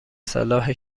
صلاح